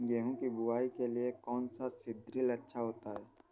गेहूँ की बुवाई के लिए कौन सा सीद्रिल अच्छा होता है?